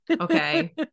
okay